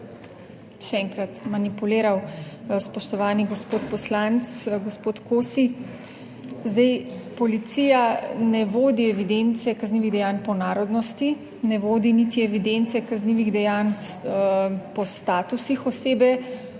še enkrat manipuliral. Spoštovani gospod poslanec, gospod Kosi, zdaj, policija ne vodi evidence kaznivih dejanj po narodnosti, ne vodi niti evidence kaznivih dejanj po statusih osebe,